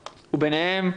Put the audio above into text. וביניהם,